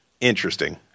Interesting